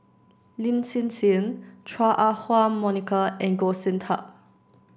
lin Hsin Hsin Chua Ah Huwa Monica and Goh Sin Tub